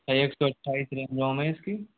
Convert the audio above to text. छ एक सौ अठाईस रेम रोम है इसकी